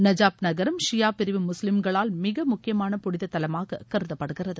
Najaf நகரம் ஷியா பிரிவு முஸ்லிம்களால் மிக முக்கியமான புனித தலமாக கருதப்படுகிறது